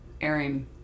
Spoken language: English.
airing